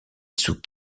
sous